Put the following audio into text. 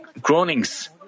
groanings